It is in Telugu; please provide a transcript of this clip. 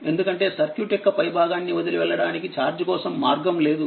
ఎందుకంటే సర్క్యూట్ యొక్క పై భాగాన్ని వదిలి వెళ్లడానికి ఛార్జ్ కోసం మార్గం లేదు